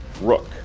Rook